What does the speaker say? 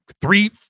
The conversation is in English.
three